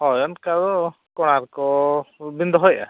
ᱦᱳᱭ ᱚᱱᱠᱟ ᱫᱚ ᱠᱚᱨᱟᱛ ᱠᱚ ᱵᱟᱹᱵᱤᱱ ᱫᱚᱦᱚᱭᱮᱜᱼᱟ